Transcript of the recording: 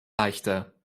leichter